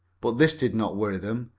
but this did not worry them,